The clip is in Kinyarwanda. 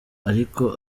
ariko